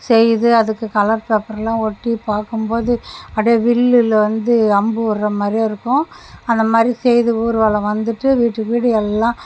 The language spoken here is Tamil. செய்து அதுக்கு கலர் பேப்பர்லாம் ஒட்டி பார்க்கும் போது அப்படியே வில்லில் இருந்து அம்பு விட்ர மாதிரியே இருக்கும் அந்த மாதிரி செய்து ஊர்வலம் வந்துட்டு வீட்டுக்கு வீடு எல்லாம்